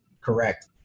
correct